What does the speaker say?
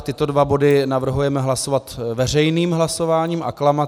Tyto dva body navrhujeme hlasovat veřejným hlasováním, aklamací.